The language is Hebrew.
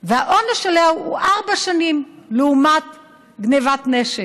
והעונש עליה הוא ארבע שנים, לעומת גנבת נשק?